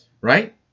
right